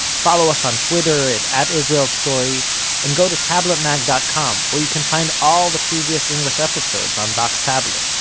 follow us on twitter at at israelstory, and go to tabletmag dot com where you can find all the previous english episodes on vox tablet.